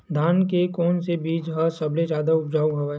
धान के कोन से बीज ह सबले जादा ऊपजाऊ हवय?